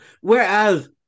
whereas